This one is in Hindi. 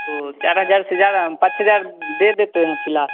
वह चार हज़ार से ज़्यादा हम पाँच हज़ार दे देते हैं फ़िलहाल